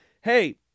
hey